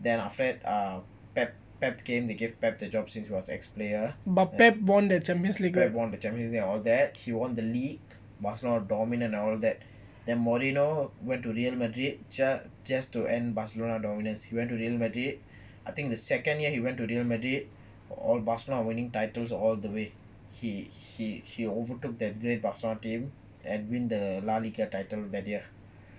then after that ah pep pep came they gave pep the job since he was ex player pep won the champion league and all that he won the league barcelona dominant and that then mourinho went to real madrid just just to end barcelona dominance he went to real madrid I think the second year he went to real madrid while barcelona are winning titles all the way he he he overtook the great barcelona team and win the laliga title that year